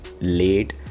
late